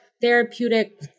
therapeutic